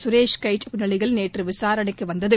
சுரேஷ் கெயிட் முன்னிலையில் நேற்று விசாரணைக்கு வந்தது